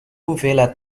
hoeveelheid